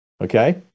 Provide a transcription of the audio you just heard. okay